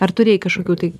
ar turėjai kažkokių tai